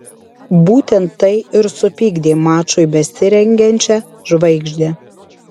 būtent tai ir supykdė mačui besirengiančią žvaigždę